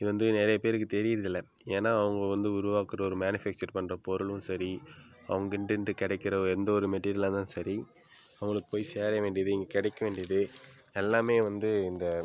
இது வந்து நிறைய பேருக்கு தெரிகிறது இல்லை ஏன்னால் அவங்க வந்து உருவாக்கிற ஒரு மேனுஃபேக்ச்சர் பண்ணுற பொருளும் சரி அங்கே இருந்து இந்த கிடைக்குற ஒரு எந்த ஒரு மெட்டீரியலாக இருந்தால் சரி அவங்களுக்கு போய் சேர வேண்டியது இங்கே கிடைக்க வேண்டியது எல்லாமே வந்து இந்த